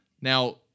Now